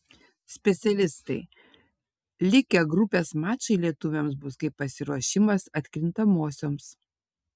specialistai likę grupės mačai lietuviams bus kaip pasiruošimas atkrintamosioms